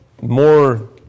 more